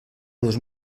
dos